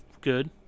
good